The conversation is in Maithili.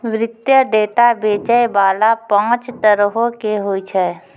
वित्तीय डेटा बेचै बाला पांच तरहो के होय छै